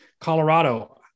Colorado